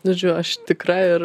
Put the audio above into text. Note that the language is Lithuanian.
žodžiu aš tikra ir